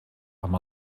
amb